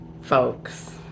folks